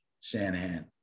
Shanahan